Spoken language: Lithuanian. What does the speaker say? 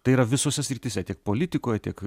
tai yra visose srityse tiek politikoj tiek